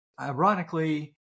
ironically